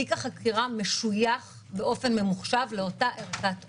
תיק החקירה משויך באופן ממוחשב לאותה ערכת אונס,